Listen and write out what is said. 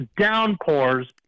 Downpours